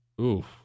oof